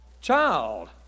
Child